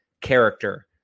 character